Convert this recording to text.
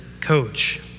coach